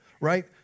right